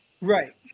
right